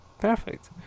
Perfect